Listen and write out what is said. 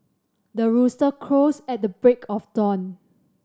the rooster crows at the break of dawn